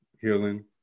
healing